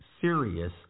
serious